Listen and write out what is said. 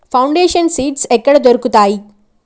Foundation seeds ఎక్కడ దొరుకుతాయి?